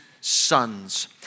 sons